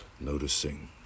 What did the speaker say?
noticing